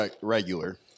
regular